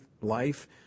life